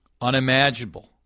Unimaginable